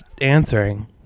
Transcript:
answering